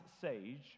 sage